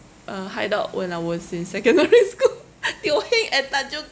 uh hideout when I was in secondary school Teo Heng at tanjong